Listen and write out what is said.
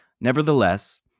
Nevertheless